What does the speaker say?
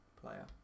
player